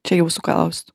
čia jūsų klaustų